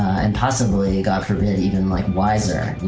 and possibly, god forbid, even like, wiser.